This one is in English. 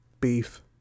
beef